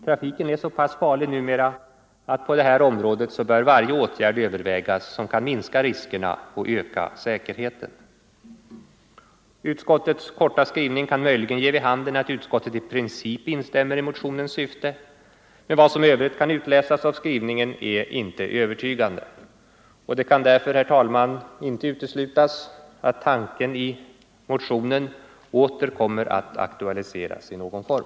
Trafiken är så pass farlig numera att på det här området varje åtgärd bör övervägas som kan minska riskerna och öka säkerheten. Utskottets korta skrivning kan möjligen ge vid handen att utskottet i princip instämmer i motionens syfte, men vad som i övrigt kan utläsas av skrivningen är inte övertygande. Det kan därför, herr talman, inte uteslutas att tanken i motionen åter kommer att aktualiseras i någon form.